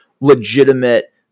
legitimate